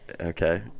Okay